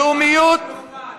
לאומיות, שטראכה הוא לאומן.